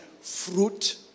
fruit